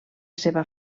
seva